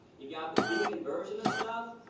you've got the vegan version of stuff,